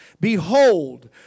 Behold